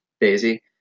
Daisy